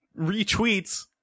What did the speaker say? retweets